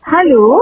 Hello